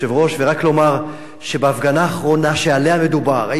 רק אומר שההפגנה האחרונה שעליה מדובר, הייתי שם.